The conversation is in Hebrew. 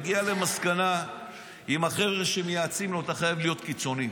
הגיע למסקנה עם החבר'ה שמייעצים לו: אתה חייב להיות קיצוני.